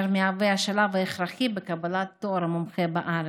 שהוא שלב הכרחי בקבלת תואר מומחה בארץ.